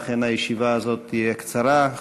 לכן הישיבה הזאת תהיה קצרה,